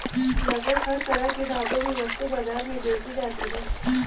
लगभग हर तरह की धातु भी वस्तु बाजार में बेंची जाती है